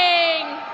zhang.